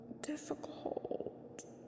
difficult